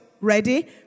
ready